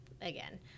again